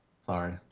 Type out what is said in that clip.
Sorry